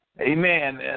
Amen